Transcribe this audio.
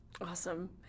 Awesome